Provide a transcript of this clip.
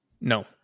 No